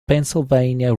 pennsylvania